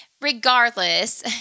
regardless